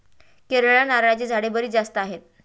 केरळला नारळाची झाडे बरीच जास्त आहेत